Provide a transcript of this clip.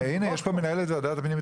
הינה יש פה מנהלת ועדת הפנים,